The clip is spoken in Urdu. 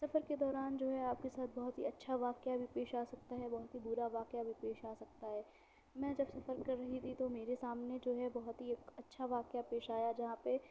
سفر کے دوران جو ہے آپ کے ساتھ بہت ہی اچھا واقعہ بھی پیش آ سکتا ہے بہت ہی برا واقعہ بھی پیش آ سکتا ہے میں جب سفر کر رہی تھی تو میرے سامنے جو ہے بہت ہی ایک اچھا واقعہ پیش آیا جہاں پہ